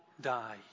die